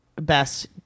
best